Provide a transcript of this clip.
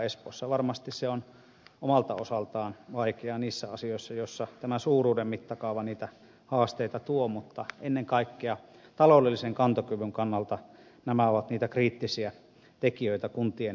espoossa varmasti on omalta osaltaan vaikeaa niissä asioissa joissa tämä suuruuden mittakaava niitä haasteita tuo mutta ennen kaikkea taloudellisen kantokyvyn kannalta nämä ovat niitä kriittisiä tekijöitä kuntien palvelutuotannossa